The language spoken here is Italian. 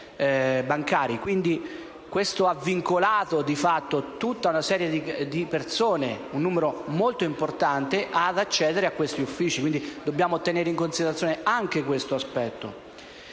Questo ha vincolato di fatto tutta una serie di persone, un numero molto importante, ad accedere a questi uffici. Dobbiamo tenere in considerazione anche questo aspetto.